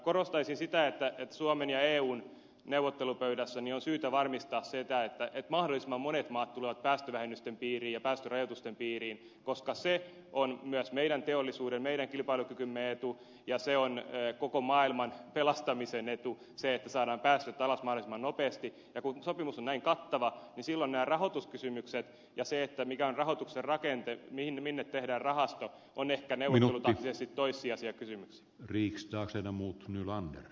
korostaisin sitä että suomen ja eun neuvottelupöydässä on syytä varmistaa se että mahdollisimman monet maat tulevat päästövähennysten piiriin ja päästörajoitusten piiriin koska se on myös meidän teollisuutemme meidän kilpailukykymme etu ja se on koko maailman pelastamisen etu se että saadaan päästöt alas mahdollisimman nopeasti ja kun sopimus on näin kattava niin silloin nämä rahoituskysymykset ja se että mikään rahoituksen rakenteen niin minne tehdään rahasto ovat ehkä neuvottelutaktisesti toissijaisia kylmä riks taakse ja muut kysymyksiä